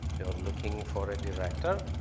they were looking for a director.